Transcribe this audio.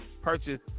purchase